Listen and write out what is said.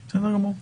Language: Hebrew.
בסדר.